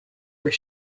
were